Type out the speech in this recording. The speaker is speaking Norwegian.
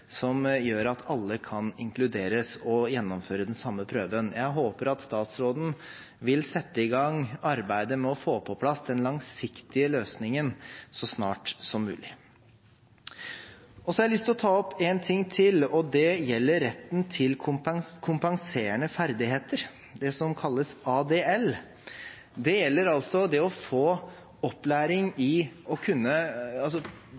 som gjør at alle kan inkluderes og gjennomføre den samme prøven. Jeg håper statsråden vil sette i gang arbeidet med å få på plass den langsiktige løsningen så snart som mulig. Så har jeg lyst til å ta opp en ting til, og det gjelder retten til kompenserende ferdigheter, det som kalles ADL. Det gjelder det å få opplæring